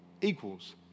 equals